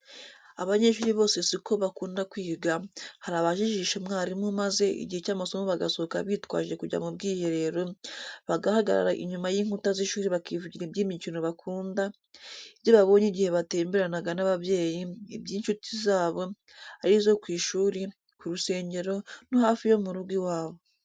Abanyeshuri bose si ko bakunda kwiga, hari abajijisha mwarimu maze igihe cy'amasomo bagasohoka bitwaje kujya mu bwiherero, bagahagarara inyuma y'inkuta z'ishuri bakivugira iby'imikino bakunda, ibyo babonye igihe batemberanaga n'ababyeyi, iby'incuti zabo, ari izo ku ishuri, ku rusengero, no hafi yo mu rugo iwabo.